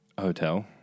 hotel